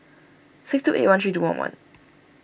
six two eight one three two one one